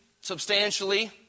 substantially